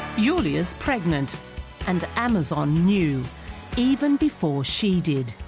julia's pregnant and amazon knew even before she did